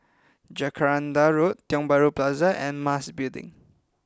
Jacaranda Road Tiong Bahru Plaza and Mas Building